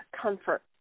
comfort